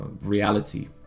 reality